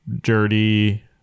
dirty